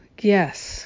yes